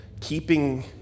keeping